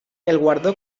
guardó